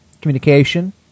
communication